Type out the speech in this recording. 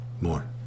more